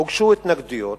הוגשו התנגדויות,